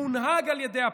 מונהג על ידי הפקידים.